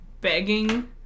begging